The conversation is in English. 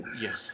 Yes